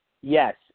Yes